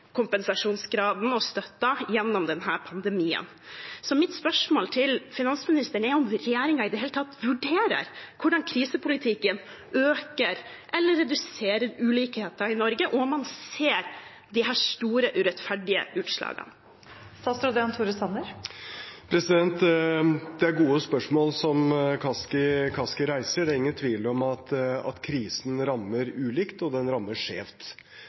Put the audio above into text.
kompensasjonsgraden og støtten gjennom denne pandemien. Så mitt spørsmål til finansministeren er om regjeringen i det hele tatt vurderer hvordan krisepolitikken øker eller reduserer ulikheten i Norge, og om man ser disse store, urettferdige utslagene. Det er gode spørsmål som Kaski reiser. Det er ingen tvil om at krisen rammer ulikt, og den rammer skjevt.